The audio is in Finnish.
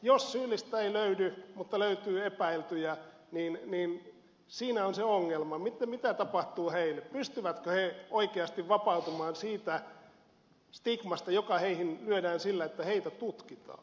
jos syyllistä ei löydy mutta löytyy epäiltyjä niin siinä on se ongelma mitä tapahtuu heille pystyvätkö he oikeasti vapautumaan siitä stigmasta joka heihin lyödään sillä että heitä tutkitaan